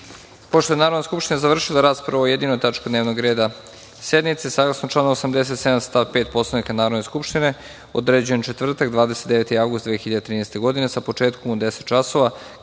je Narodna skupština završila raspravu o jedinoj tački dnevnog reda sednice, saglasno članu 87. stav 5. Poslovnika Narodna skupština određujem četvrtak 29. avgust 2013. godine sa početkom u 10,00